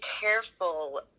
careful